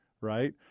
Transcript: right